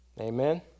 Amen